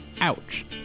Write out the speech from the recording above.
Ouch